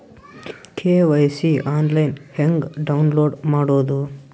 KYC online ಹೆಂಗ್ download ಮಾಡೋದು?